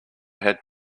had